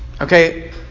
okay